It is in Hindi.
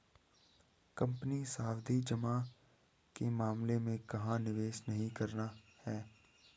कंपनी सावधि जमा के मामले में कहाँ निवेश नहीं करना है?